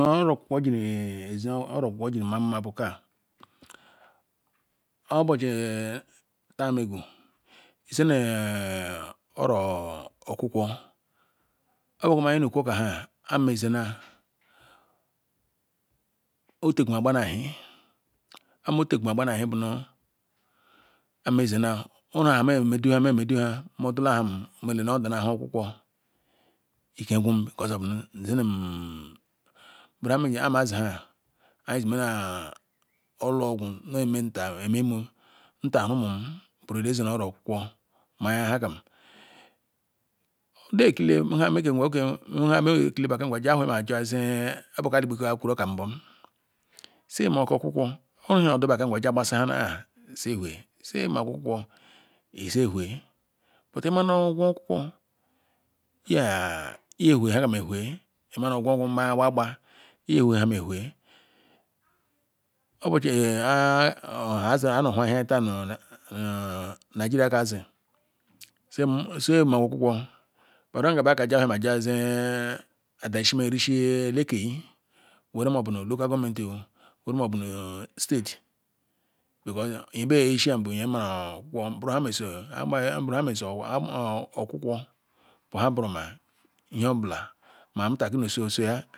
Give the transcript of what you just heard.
Ma ooo okukuo jiri ezi oro okukwo jiri mahj nmah bu kah obochi tah megu oro okukwo obu nho iju oka-okah nha armezena otegimmu gbani ahi arm o tegima gbani ahi bunu armezena owene nhe mego medu-nha arm melele odumam nhe okukwo l lkeh gnum because of nu nzenem hah mazi nha ajima noh orlu ogwu emeh ntah emeh E-moh ntah rhumu zere oro-okukwo maya nhamah ayi wuhia deh ni obuko ali gbere ayi kuru okah mbum si imakah okukwo uwere oyo du wah kah gi gbasi si ihue si imah okukwo izeh ewhue si imayam okukwo owere o yo du wah kah gi gbasi si ihue si imahokukwo izeh ewhue imayam okukwo izeh ewhue si imayam okukwo izeh ewhue nhe kam ewhue imaya ogu okukwo maya nwa-agba izeh ewhue imaya ogi okukwo maya nwa-agba izeh ewhue nhekam ewhu obochi nha zi ayi neh ohu Ngeria kah ayi zi ni ayi dalhiri ruhi nye kegi weru mobu local government gwerumoñ bunu state because ebeh eyishi ham bu nyemara Nkukwu bula nhamesi nhamesi okukwo bu nha buro-omah nhe-obula mahwuteri soya osoya.